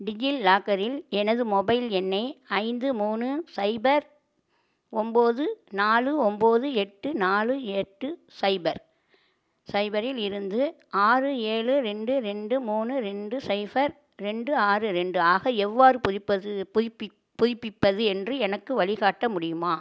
டிஜிலாக்கரில் எனது மொபைல் எண்ணை ஐந்து மூணு ஸைபர் ஒன்பது நாலு ஒன்பது எட்டு நாலு எட்டு ஸைவர் ஸைவரில் இருந்து ஆறு ஏழு ரெண்டு ரெண்டு மூணு ரெண்டு ஸைபர் ரெண்டு ஆறு ரெண்டு ஆக எவ்வாறு புதுபிப்பது புதுப்பி புதுப்பிப்பது என்று எனக்கு வழிகாட்ட முடியுமா